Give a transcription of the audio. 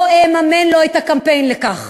לא אממן לו את הקמפיין לכך.